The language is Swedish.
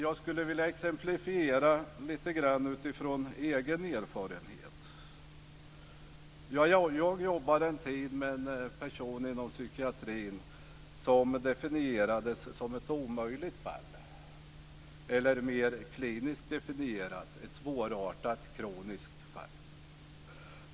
Jag skulle vilja ta ett exempel utifrån min egen erfarenhet. Jag jobbade en tid inom psykiatrin med en person som definierades som ett omöjligt fall, eller mer kliniskt definierat: ett svårartat kroniskt fall.